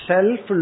Self